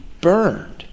burned